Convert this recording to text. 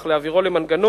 אך להעבירו למנגנון